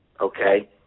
Okay